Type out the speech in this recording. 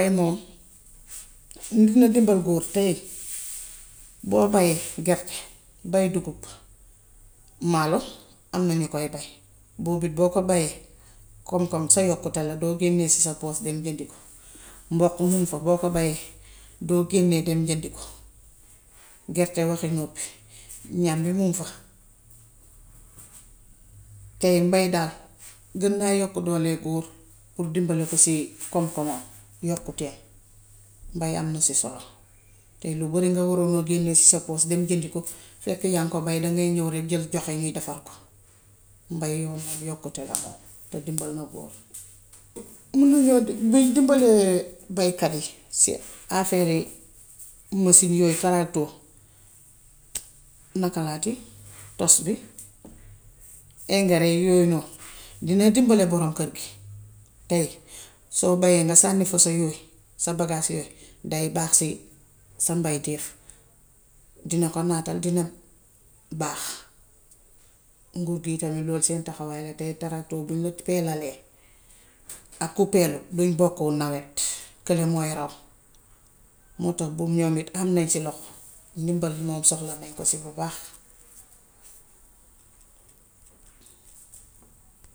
Bay moom dina dimbal góor tëye. Boo bayee gerte, bay dugub, maala am na ñu koy bay. Boo biit boo ko bayee koom-koom sa yokkute la. Doo génnee si sa poos de njëndi ko. Mboq miŋ fa, boo ko bayee, doo génnee dem jëndi ko, gerte waxi noppi, ñàmbi muŋ fa. Tay mbay daal gën naa yokku dooleey goor pour dimabali ko si koom-koomam, yokkuteem. Mbay am na si solo. Tay lu bari loo waroon génnee sa poos dem jëndi ko fekk yaaŋ ko bay, dangay ñów rekk joxe, ñu defar ko. Mbay yoo moom yokkute la moom, te dimbal na góor. Mun na yàgg buñ dimbalee baykat yi ci afeeri mësin yooyu taraktor nakalaati; tos bi, eengare yooyu noonu dina dimbale boroom kër gi. Tay soo bayee nga sànni fa sa yooyu, sa bagaas yooyu, day baax si sa mbaytéef, dina ko naatal, dina baax. Nguur ge tam loolu seen taxawaay la, te taraktor buñ la peelalee ak ku peelut duñ bokku nawet. Kële mooy raw moo tax it buum yom it am nañ ci loxo. Ndimbal moom soxla nañ ko si bu baax.